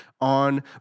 on